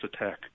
attack